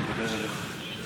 אדוני.